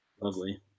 Lovely